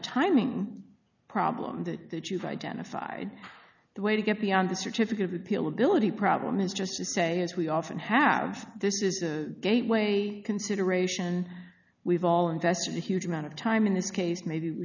timing problem that that you've identified the way to get beyond the certificate repeal ability problem and just say as we often have this is a gateway consideration we've all invested a huge amount of time in this case maybe we